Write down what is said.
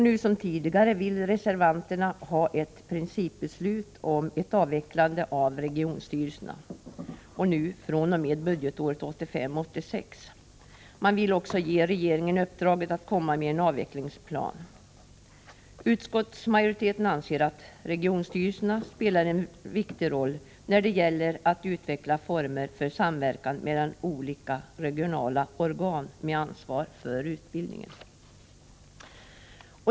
Nu som tidigare vill reservanterna ha ett principbeslut om en avveckling av regionstyrelserna — och nu fr.o.m. budgetåret 1985/86. Man vill också ge regeringen i uppdrag att lägga fram en avvecklingsplan. Utskottsmajoriteten anser att regionstyrelserna spelar en viktig roll när det gäller att utveckla former för samverkan mellan olika regionala organ med ansvar för utbildningen.